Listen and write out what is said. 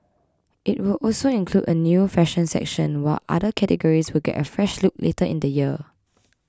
it will also include a new fashion section while other categories will get a fresh look later in the year